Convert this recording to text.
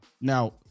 Now